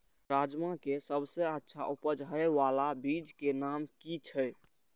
राजमा के सबसे अच्छा उपज हे वाला बीज के नाम की छे?